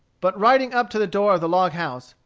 but riding up to the door of the log house,